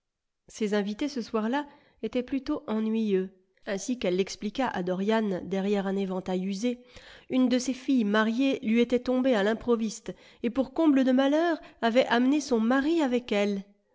ses invités ce soir-là étaient plutôt ennuyeux ainsi qu'elle l'expliqua à dorian derrière un éventail usé une de ses fdles mariées lui était tombée à fim proviste et pour comble de malheur avait amené son mari avec elle